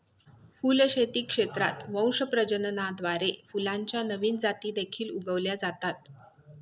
फुलशेती क्षेत्रात वंश प्रजननाद्वारे फुलांच्या नवीन जाती देखील उगवल्या जातात